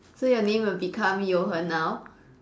so your name will become Jochen now